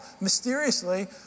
mysteriously